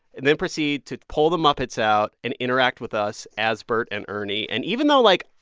and then proceed to pull the muppets out and interact with us as bert and ernie. and even though, like,